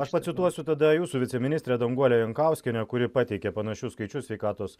aš pacituosiu tada jūsų viceministrę danguolę jankauskienę kuri pateikė panašius skaičius sveikatos